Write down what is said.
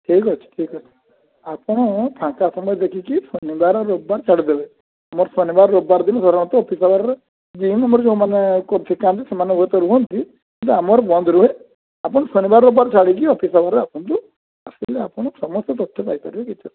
ଠିକ୍ ଅଛି ଠିକ୍ ଅଛି ଆପଣ ଫାଙ୍କା ସମୟ ଦେଖିକି ଶନିବାର ରବିବାର ଛାଡ଼ିଦେବେ ମୋର ଶନିବାର ରବିବାର ଦିନ ଅଫିସ୍ ଆୱାର୍ରେ ସେମାନେ ହୁଏ ତ ରୁହନ୍ତି କିନ୍ତୁ ଆମର ବନ୍ଦ ରୁହେ ଆପଣ ଶନିବାର ରବିବାର ଛାଡ଼ିକି ଅଫିସ୍ ଆୱାର୍ରେ ଆସନ୍ତୁ ଆସିଲେ ଆପଣ ସମସ୍ତ ତଥ୍ୟ ପାଇ ପାରିବେ କିଛି ଅସୁବିଧା ନାହିଁ